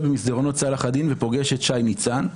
במסדרונות צלאח א-דין ופוגש את שי ניצן.